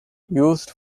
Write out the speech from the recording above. used